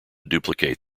duplicate